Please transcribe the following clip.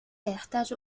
يحتاج